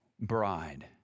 bride